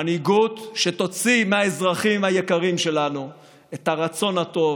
מנהיגות שתוציא מהאזרחים היקרים שלנו את הרצון הטוב,